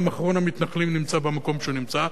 אחרון המתנחלים נמצא במקום שהוא נמצא,